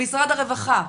למשרד הרווחה,